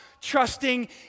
trusting